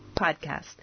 podcast